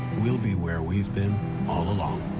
we'll be where we've been all along,